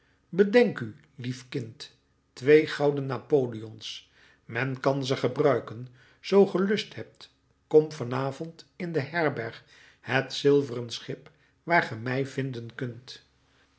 bedenk u lief kind twee gouden napoleons men kan ze gebruiken zoo ge lust hebt kom van avond in de herberg het zilveren schip waar ge mij vinden kunt